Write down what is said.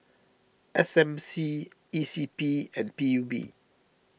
S M C E C P and P U B